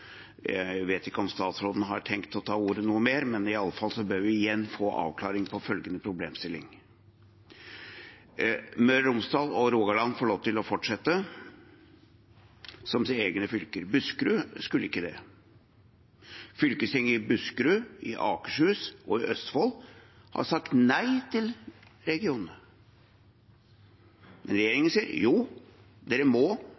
Jeg vet ikke om statsråden har tenkt å ta ordet noe mer, men iallfall bør vi igjen få en avklaring på følgende problemstilling: Møre og Romsdal, og Rogaland, får lov til å fortsette som egne fylker, men Buskerud skal ikke det. Fylkestinget i Buskerud, i Akershus og i Østfold har sagt nei til regionen. Men regjeringen sier at jo, dere må,